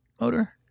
motor